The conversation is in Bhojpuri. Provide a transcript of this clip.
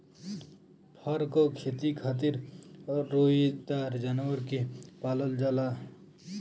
फर क खेती खातिर रोएदार जानवर के पालल जाला